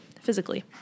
physically